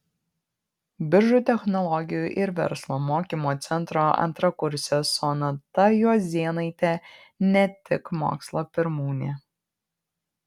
biržų technologijų ir verslo mokymo centro antrakursė sonata juozėnaitė ne tik mokslo pirmūnė